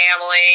family